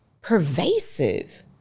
pervasive